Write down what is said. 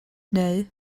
neu